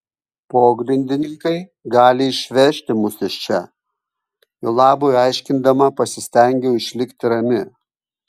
pogrindininkai gali išvežti mus iš čia jo labui aiškindama pasistengiau išlikti rami